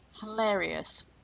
hilarious